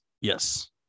Yes